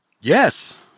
Yes